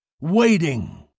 waiting